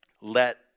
let